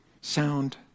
Sound